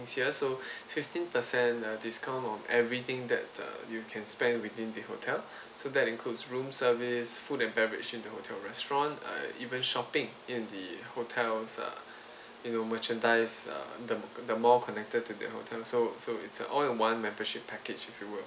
here so fifteen percent uh discount on everything that uh you can spend within the hotel so that includes room service food and beverage in the hotel restaurant uh even shopping in the hotel's uh you know merchandise err the the mall connected to the hotel so so it's an all in one membership package if you would